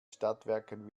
stadtwerken